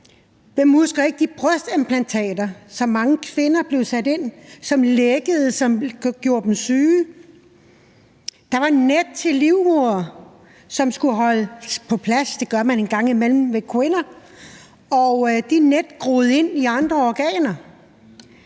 Hvem husker ikke de brystimplantater, som mange kvinder fik sat ind, og som lækkede og gjorde dem syge? Der var net til livmodere, som skulle holdes på plads – det gør man en gang imellem for kvinder – og de net groede ind i andre organer.